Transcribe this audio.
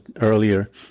earlier